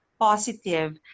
positive